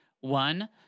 one